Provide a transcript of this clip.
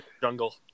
jungle